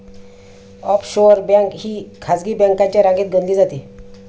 offshore bank ही खासगी बँकांच्या रांगेत गणली जाते